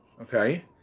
okay